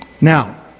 Now